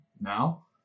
now